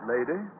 Lady